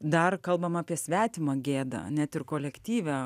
dar kalbam apie svetimą gėdą net ir kolektyve